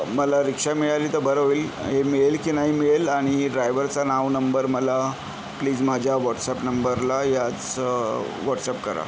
मला रिक्षा मिळाली तर बरं होईल हे मिळेल की नाही मिळेल आणि ड्राईव्हरचं नाव नंबर मला प्लीज माझ्या व्हॉट्सअप नंबरला याच व्हॉट्सअप करा